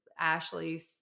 Ashley